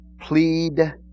plead